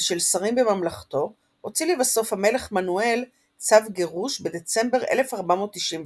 ושל שרים בממלכתו הוציא לבסוף המלך מנואל צו גירוש בדצמבר 1496,